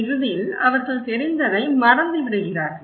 இறுதியில் அவர்கள் தெரிந்ததை மறந்துவிடுகிறார்கள்